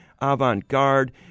avant-garde